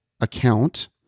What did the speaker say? account